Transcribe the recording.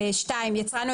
(3) יצרן או